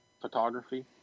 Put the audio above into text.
photography